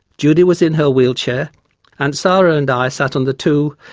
judy was in her wheelchair and sara and i sat on the two,